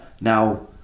Now